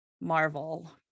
marvel